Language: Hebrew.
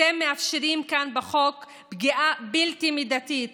אתם מאפשרים כאן בחוק פגיעה בלתי מידתית